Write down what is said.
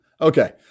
Okay